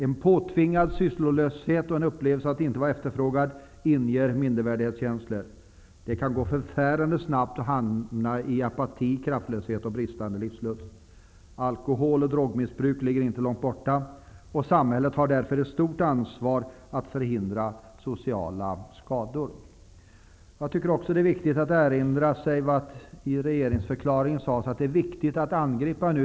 En påtvingad sysslolöshet och upplevelsen av att inte vara efterfrågad inger mindrevärdeskänslor. Det kan gå förfärande snabbt att hamna i apati, kraftlöshet och bristande livslust. Alkohol och drogmissbruk ligger inte långt borta. Samhället har därför ett stort ansvar för att förhindra sociala skador. Jag tycker att det är viktigt att vi erinrar oss följande ord i regeringsförklaringen: ''Kampen mot arbetslösheten följer tre huvudlinjer.